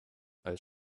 als